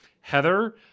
Heather